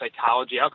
psychology